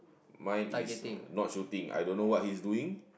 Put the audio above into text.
mine is not shooting I don't know what his doing